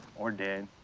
or dead.